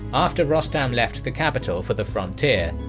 after rostam left the capital for the frontier,